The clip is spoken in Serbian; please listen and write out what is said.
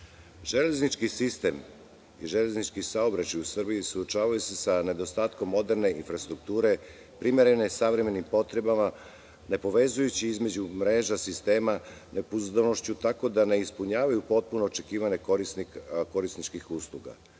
Železnički sistem i železnički saobraćaj u Srbiji suočavaju se sa nedostatkom moderne infrastrukture, primerene savremenim potrebama nepovezujući između mreža sistema nepouzdanošću, tako da ne ispunjavaju potpuna očekivanja korisnika